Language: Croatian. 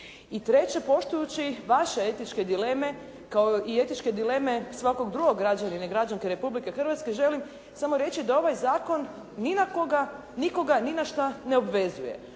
I treće, poštujući vaše etičke dileme kao i etičke dileme svakog drugog građanina i građanke Republike Hrvatske želim samo reći da ovaj zakon ni na koga, nikoga ni na šta ne obvezuje.